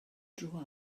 dro